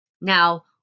Now